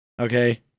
okay